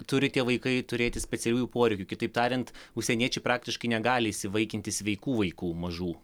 turi tie vaikai turėti specialiųjų poreikių kitaip tariant užsieniečiai praktiškai negali įsivaikinti sveikų vaikų mažų